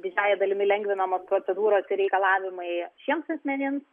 didžiąja dalimi lengvinamos procedūros ir reikalavimai šiems asmenims